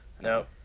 no